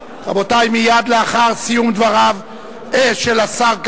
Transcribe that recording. גיבינו אותה ואת דאליה ומע'אר בעוד 30